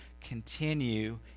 continue